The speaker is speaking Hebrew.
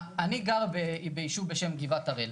אני גר ביישוב בשם גבעת הראל.